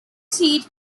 seat